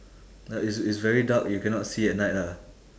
ya it's it's very dark you cannot see at night lah